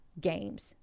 games